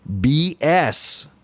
BS